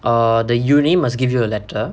err the university must give you a letter